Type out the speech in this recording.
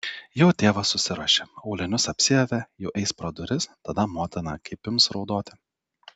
jau tėvas susiruošė aulinius apsiavė jau eis pro duris tada motina kaip ims raudoti